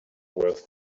worth